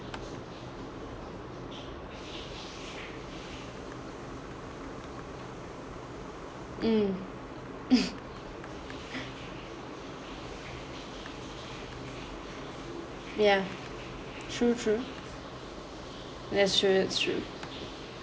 mm ya true true that's true that's true